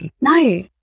no